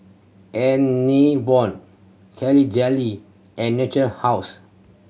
Enervon Jelly and Natura House